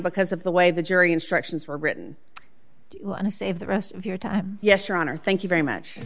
because of the way the jury instructions were written to save the rest of your time yes your honor thank you very much